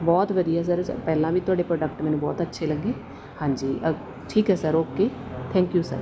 ਬਹੁਤ ਵਧੀਆ ਸਰ ਪਹਿਲਾਂ ਵੀ ਤੁਹਾਡੇ ਪ੍ਰੋਡਕਟ ਮੈਨੂੰ ਬਹੁਤ ਅੱਛੇ ਲੱਗੇ ਹਾਂਜੀ ਠੀਕ ਹੈ sir okay thank you sir